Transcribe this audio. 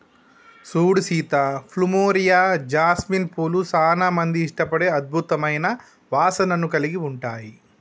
సూడు Sita plumeria, jasmine పూలు సానా మంది ఇష్టపడే అద్భుతమైన వాసనను కలిగి ఉంటాయి